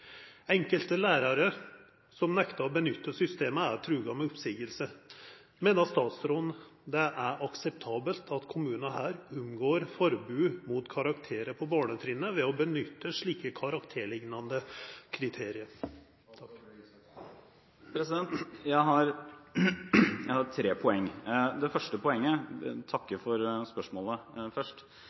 Enkelte lærere som nekter å benytte systemet, er truet med oppsigelse. Mener statsråden det er akseptabelt at kommunen her omgår forbudet mot karakterer på barnetrinnet ved å benytte slike karakterlignende kriterier?» Jeg har tre poeng. Jeg takker for spørsmålet, og det var ikke det første poenget